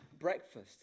breakfast